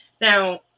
Now